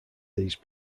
these